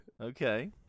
okay